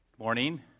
Morning